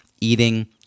eating